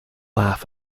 laugh